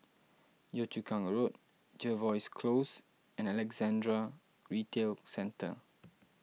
Yio Chu Kang Road Jervois Close and Alexandra Retail Centre